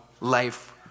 life